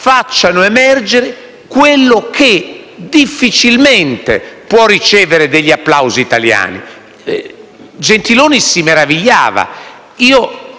facciano emergere quello che difficilmente può ricevere degli applausi italiani. Gentiloni Silveri si meravigliava;